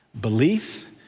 Belief